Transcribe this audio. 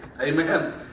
Amen